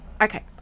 okay